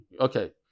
Okay